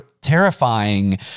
terrifying